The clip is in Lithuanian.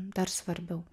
dar svarbiau